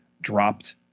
dropped